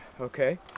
okay